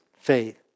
faith